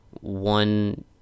one